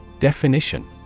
Definition